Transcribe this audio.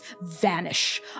vanish